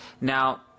Now